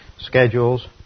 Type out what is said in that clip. schedules